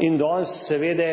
in danes seveda